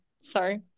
sorry